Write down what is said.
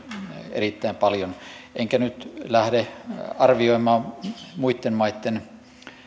erittäin paljon en nyt lähde arvioimaan muitten maitten